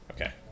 okay